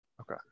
Okay